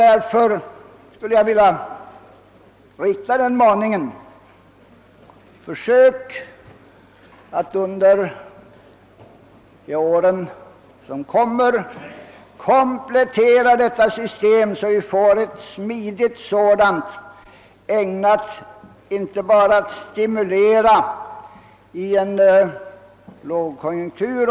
Därför skulle jag vilja rikta maningen till finansministern: Försök att under de kommande åren komplettera detta system så att det blir smidigt och ägnat inte bara att stimulera i en lågkonjunkur!